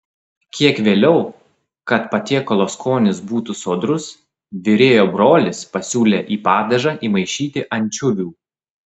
kiek vėliau kad patiekalo skonis būtų sodrus virėjo brolis pasiūlė į padažą įmaišyti ančiuvių